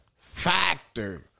Factor